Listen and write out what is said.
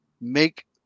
make